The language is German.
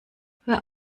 hör